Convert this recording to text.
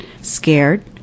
scared